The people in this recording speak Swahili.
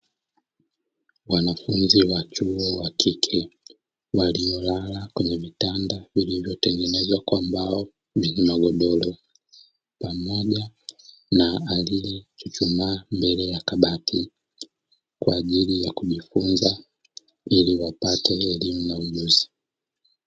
Wanafunzi wa chuo wa kike waliolala kwenye vitanda vilivyotengenezwa kwa mbao vyenye magodoro pamoja na alie chuchumaa mbele ya kabati ,kwa ajili ya kujifunza ili wapate elimu na ujuzi.